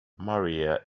maria